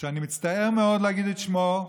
שאני מצטער מאוד להגיד את שמו,